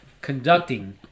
conducting